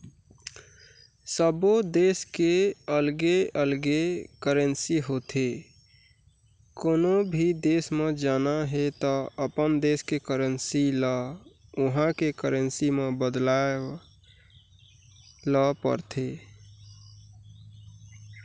सब्बो देस के अलगे अलगे करेंसी होथे, कोनो भी देस म जाना हे त अपन देस के करेंसी ल उहां के करेंसी म बदलवाए ल परथे